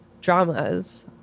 dramas